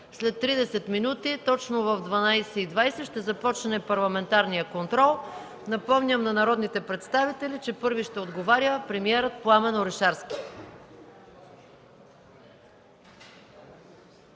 След 30 минути, точно в 11,20 ч. ще започне парламентарният контрол. Напомням на народните представители, че първи ще отговаря премиерът Пламен Орешарски.